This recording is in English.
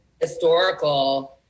historical